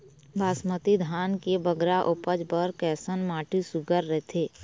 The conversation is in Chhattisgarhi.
बासमती धान के बगरा उपज बर कैसन माटी सुघ्घर रथे?